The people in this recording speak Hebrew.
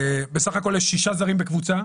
בסך הכול יש שישה זרים בקבוצה.